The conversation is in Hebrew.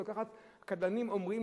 קבלנים אומרים,